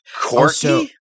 Corky